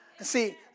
See